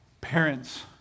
Parents